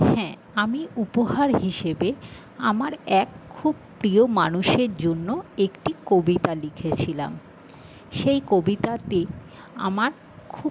হ্যাঁ আমি উপহার হিসেবে আমার এক খুব প্রিয় মানুষের জন্য একটি কবিতা লিখেছিলাম সেই কবিতাতে আমার খুব